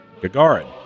Gagarin